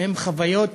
הן חוויות